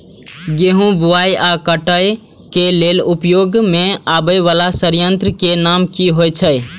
गेहूं बुआई आ काटय केय लेल उपयोग में आबेय वाला संयंत्र के नाम की होय छल?